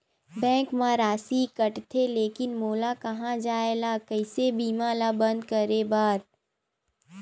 Bank मा राशि कटथे लेकिन मोला कहां जाय ला कइसे बीमा ला बंद करे बार?